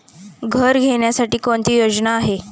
घर घेण्यासाठी कोणती योजना आहे?